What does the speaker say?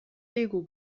lego